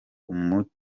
umucyo